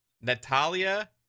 Natalia